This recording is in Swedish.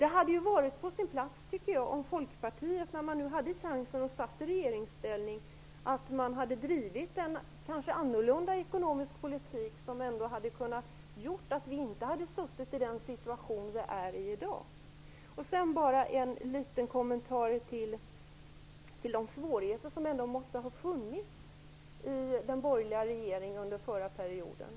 Det hade kanske varit på sin plats om Folkpartiet, som i regeringsställning hade chansen, hade drivit en annorlunda ekonomisk politik som kunde ha gjort att vi slapp den situation som vi i dag befinner oss i. Sedan bara en liten kommentar till de svårigheter som ändå måste ha funnits i den borgerliga regeringen under förra perioden.